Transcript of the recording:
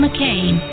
McCain